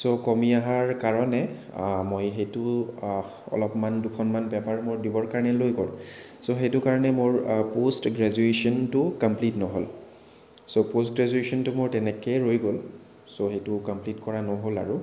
চ' কমি অহাৰ কাৰণে মই সেইটো অলপমান দুখনমান পেপাৰ মোৰ দিবৰ কাৰণে ৰৈ গ'ল চ' সেইটো কাৰণে মোৰ প'ষ্ট গ্ৰেজুৱেচনটো কমপ্লিট নহ'ল চ' প'ষ্ট গ্ৰেজুৱেচনটো মোৰ তেনেকৈ ৰৈ গ'ল চ' সেইটো কমপ্লিট কৰা নহ'ল আৰু